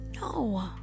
no